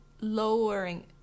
lowering